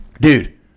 Dude